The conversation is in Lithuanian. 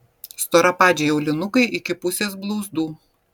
storapadžiai aulinukai iki pusės blauzdų